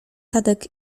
tadek